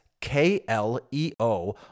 K-L-E-O